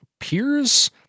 appears